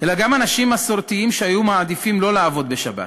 אלא גם אנשים מסורתיים שהיו מעדיפים שלא לעבוד בשבת,